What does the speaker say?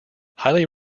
highly